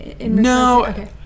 No